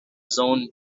zone